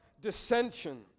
dissension